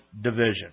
Division